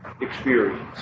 experience